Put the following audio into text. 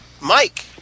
Mike